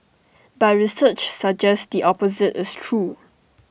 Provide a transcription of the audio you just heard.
but research suggests the opposite is true